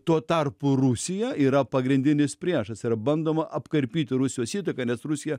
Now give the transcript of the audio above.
tuo tarpu rusija yra pagrindinis priešas yra bandoma apkarpyti rusijos įtaką nes rusija